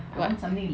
what